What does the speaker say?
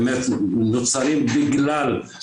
אבל להקים טורבינה זה בסדר,